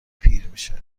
پیرمیشه